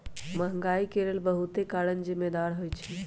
महंगाई के लेल बहुते कारन जिम्मेदार होइ छइ